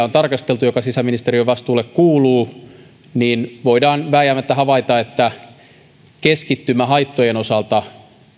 on tarkasteltu asiaa joka sisäministeriön vastuulle kuuluu voidaan vääjäämättä havaita että keskittymä haittojen osalta